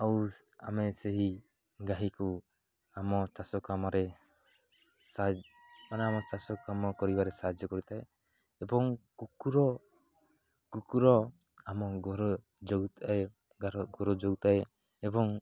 ଆଉ ଆମେ ସେହି ଗାଈକୁ ଆମ ଚାଷ କାମରେ ମାନେ ଆମ ଚାଷ କାମ କରିବାରେ ସାହାଯ୍ୟ କରିଥାଏ ଏବଂ କୁକୁର କୁକୁର ଆମ ଘର ଯଗୁଥାଏ ଘର ଯଗୁଥାଏ ଏବଂ